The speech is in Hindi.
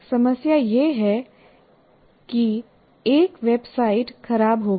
समस्या यह है कि एक वेबसाइट खराब हो गई